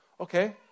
okay